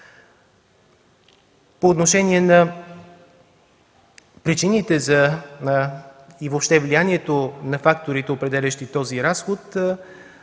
По отношение на причините и влиянието на факторите, определящи този разход,